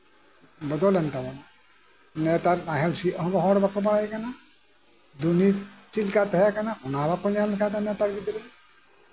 ᱵᱚᱫᱚᱞ ᱮᱱ ᱛᱟᱵᱳᱱᱟ ᱱᱮᱛᱟᱨ ᱦᱚᱲ ᱱᱟᱦᱮᱞ ᱥᱤᱭᱳᱜ ᱦᱚᱸ ᱵᱟᱠᱚ ᱵᱟᱲᱽᱟᱭ ᱠᱟᱱ ᱛᱟᱵᱳᱱᱟ ᱫᱩᱱᱤᱛ ᱪᱮᱫ ᱞᱮᱠᱟ ᱛᱟᱸᱦᱮ ᱠᱟᱱᱟ ᱚᱱᱟᱦᱚᱸ ᱵᱟᱠᱚ ᱧᱮᱞ ᱠᱟᱫᱟ ᱱᱮᱛᱟᱨ ᱜᱤᱫᱨᱟᱹ